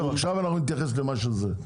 בסדר, עכשיו אנחנו נתייחס למה שזה,